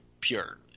pure